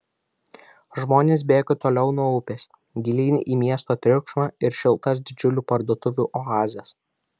žmonės bėga toliau nuo upės gilyn į miesto triukšmą ir šiltas didžiulių parduotuvių oazes